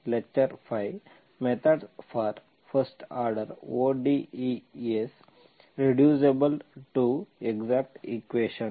lecture 5 methods for first order ODES reducible to exact equation